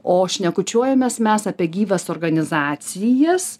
o šnekučiuojamės mes apie gyvas organizacijas